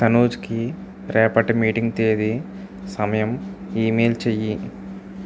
తనూజ్కి రేపటి మీటింగ్ తేదీ సమయం ఈమెయిల్ చేయి